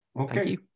Okay